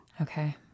Okay